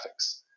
graphics